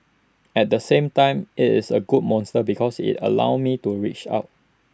at the same time IT is A good monster because IT allows me to reach out